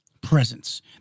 presence